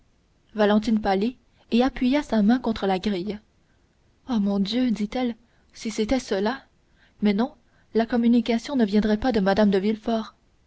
valentine pâlit et appuya sa main contre la grille ah mon dieu dit-elle si c'était cela mais non la communication ne viendrait pas de mme de villefort